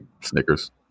Snickers